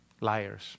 Liars